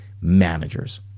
managers